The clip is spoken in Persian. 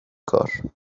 کار